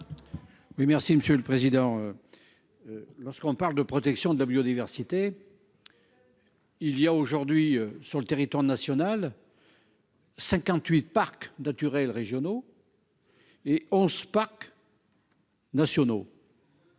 Oui, merci Monsieur le Président. Lorsqu'on parle de protection de la biodiversité. Il y a aujourd'hui sur le territoire national. 58 parcs naturels régionaux. Et on. Nationaux.